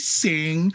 sing